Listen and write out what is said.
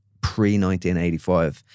pre-1985